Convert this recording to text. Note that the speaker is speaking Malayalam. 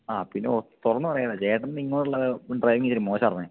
ആ പിന്നെ തുറന്നുപറയാമല്ലോ ചേട്ടന്റെ ഇങ്ങോട്ടുള്ള ഡ്രൈവിങ്ങിത്തിരി മോശമായിരുന്നേ